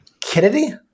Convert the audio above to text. Kennedy